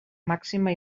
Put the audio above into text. màxima